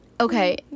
Okay